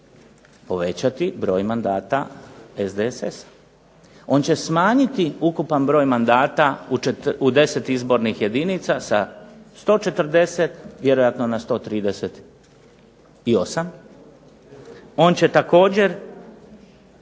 povećati broj mandata SDSS-a. On će smanjiti ukupan broj mandata u 10 izbornih jedinica sa 140 na vjerojatno 138, on će također